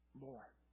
more